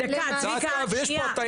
דקה, צביקה, שנייה.